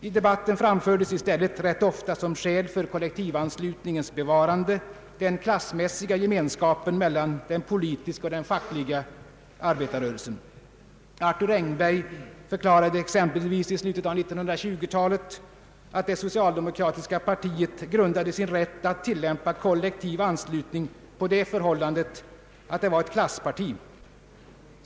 I debatten framfördes i stället rätt ofta som skäl för kollektivanslutningens bevarande den klassmässiga gemenskapen mellan den politiska och den fackliga arbetarrörelsen. Arthur Engberg förklarade exempelvis i slutet av 1920-talet att det sociald2mokratiska partiet grundade sin rätt att tillämpa kollektiv anslutning på det förhållandet att det var ett klassparti.